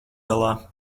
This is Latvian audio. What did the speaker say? galā